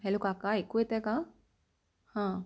hello काका एकू येतं आहे का हां